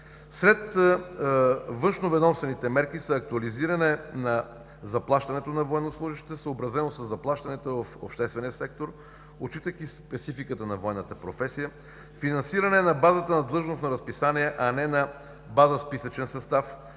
Сред външноведомствените мерки са: актуализиране на заплащането на военнослужещите, съобразено със заплащането в обществения сектор, отчитайки спецификата на военната професия; финансиране на базата на длъжност на разписание, а не на база списъчен състав;